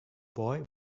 boy